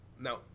Now